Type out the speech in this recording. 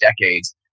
decades